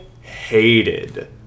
hated